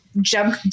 jump